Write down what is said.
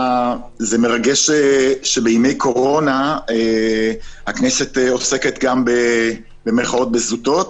מרגש שבימי קורונה הכנסת עוסקת גם ב"זוטות".